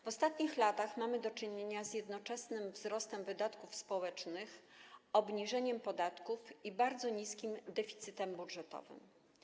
W ostatnich latach mamy do czynienia z jednoczesnym wzrostem wydatków społecznych, obniżeniem podatków i bardzo niskim deficytem budżetowym.